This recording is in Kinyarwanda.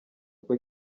uko